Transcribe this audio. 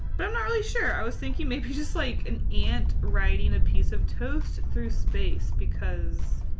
but i'm not really sure. i was thinking maybe just like an ant writing a piece of toast through space because.